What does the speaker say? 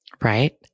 Right